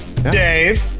Dave